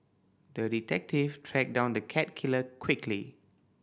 the detective tracked down the cat killer quickly